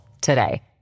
today